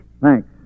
Thanks